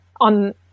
on